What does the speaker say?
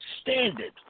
standard